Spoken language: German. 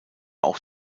auch